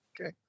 Okay